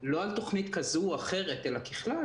לא על תוכנית כזו על אחרת, אלא ככלל.